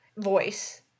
voice